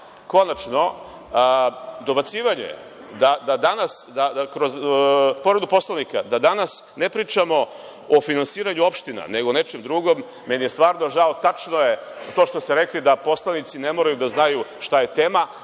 repliku. Konačno, dobacivanje kroz povredu Poslovnika da danas ne pričamo o finansiranju opština, nego o nečem drugom, meni je stvarno žao, tačno je to što ste rekli da poslanici ne moraju da znaju šta je tema,